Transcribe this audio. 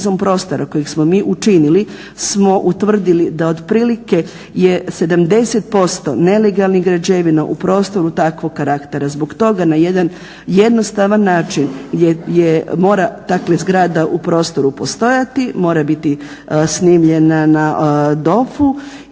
smo utvrdili da otprilike je 70% nelegalnih građevina u prostoru takvog karaktera. Zbog toga na jedan jednostavan način mora dakle zgrada u prostoru postojati, mora biti snimljena na …